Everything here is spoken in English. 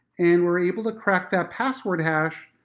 and we're able to crack that password hash,